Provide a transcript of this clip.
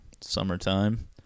summertime